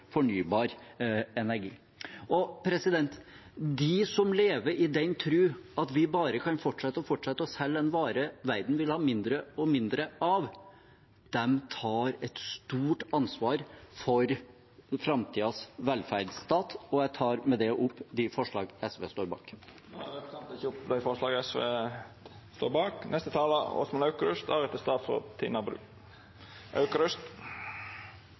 De som lever i den tro at vi bare kan fortsette og fortsette å selge en vare verden vil ha mindre og mindre av, tar et stort ansvar for framtidens velferdsstat. Jeg tar med det opp det forslaget SV har fremmet alene. Representanten Lars Haltbrekken har teke opp